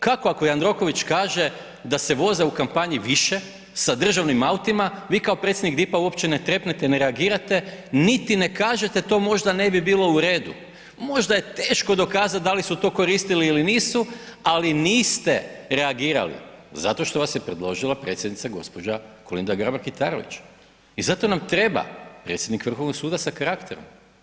Kako ako Jandroković kaže da se voza u kampanji više sa državnim autima, vi kao predsjednik DIP-a uopće ne trepnete, ne reagirate niti ne kažete to možda ne bi bilo u redu, možda je teško dokazati da li su to koristili ili nisu ali niste reagirali, zato što vas je predložila Predsjednica gđa. Kolinda Grabar Kitarović i zato nam treba predsjednik Vrhovnog suda sa karakterom.